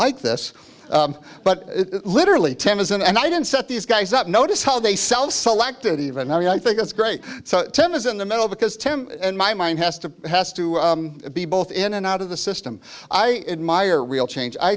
like this but literally ten isn't and i didn't set these guys up notice how they sell selected even i mean i think it's great so ten is in the middle because tim in my mind has to has to be both in and out of the system i admire real change i